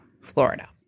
Florida